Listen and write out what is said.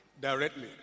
directly